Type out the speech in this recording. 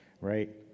right